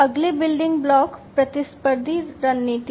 अगले building block प्रतिस्पर्धी रणनीति है